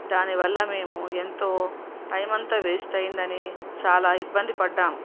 దానివల్ల మేము ఎంతో టైం అంతా వేస్ట్ అయిందని చాలా ఇబ్బంది పడ్డాం